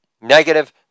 negative